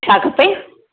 छा खपे